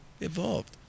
evolved